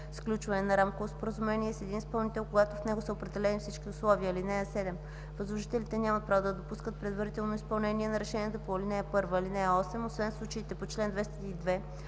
сключване на рамково споразумение с един изпълнител, когато в него са определени всички условия. (7) Възложителите нямат право да допускат предварително изпълнение на решенията по ал. 1. (8) Освен в случаите по чл. 202,